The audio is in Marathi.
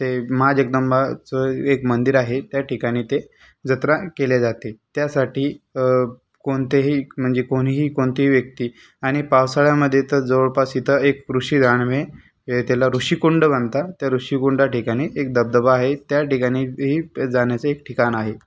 ते माँ जगदंबाचं एक मंदिर आहे त्या ठिकाणी ते जत्रा केल्या जाते त्यासाठी कोणतेही म्हणजे कोणीही कोणतेही व्यक्ती आणि पावसाळ्यामधे तर जवळपास इथं एक ऋषी रानवे हे त्याला ऋषीकुंड मानतात त्या ऋषीकुंडा ठिकाणी एक धबधबा आहे त्या ठिकाणी एक जाण्याचे एक ठिकाण आहे